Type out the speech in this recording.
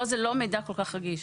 פה זה לא מידע כל כך רגיש.